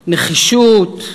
נחישות.